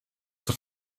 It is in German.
zur